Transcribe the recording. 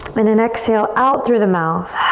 and an exhale out through the mouth.